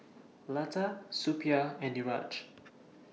Lata Suppiah and Niraj